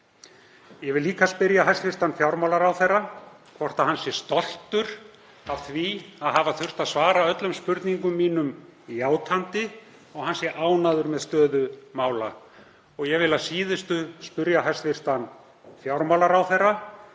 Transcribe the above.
Ég vil líka spyrja hæstv. fjármálaráðherra hvort hann sé stoltur af því að hafa þurft að svara öllum spurningum mínum játandi og hvort hann sé ánægður með stöðu mála. Ég vil að síðustu spyrja hæstv. fjármálaráðherra